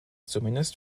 zumindest